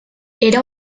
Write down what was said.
era